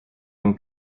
ont